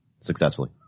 successfully